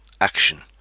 action